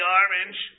orange